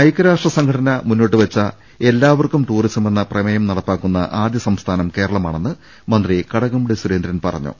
ഐകൃരാഷ്ട്രസഭ മുന്നോട്ട് വെച്ച എല്ലാവർക്കും ടൂറിസമെന്ന പ്രമേയം നടപ്പാക്കുന്ന ആദ്യ സംസ്ഥാനം കേരളമാണെന്ന് മന്ത്രി കട കംപള്ളി സുരേന്ദ്രൻ പറഞ്ഞു